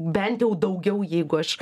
bent jau daugiau jeigu aš